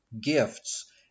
gifts